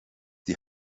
die